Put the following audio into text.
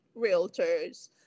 realtors